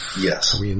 Yes